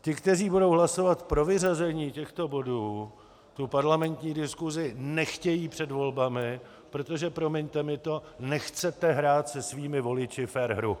Ti, kteří budou hlasovat pro vyřazení těchto bodů, tu parlamentní diskusi nechtějí před volbami, protože promiňte mi to nechcete hrát se svými voliči fér hru.